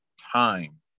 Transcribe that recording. time